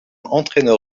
entraîneur